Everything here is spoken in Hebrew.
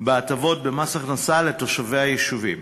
בהטבות במס הכנסה לתושבי היישובים.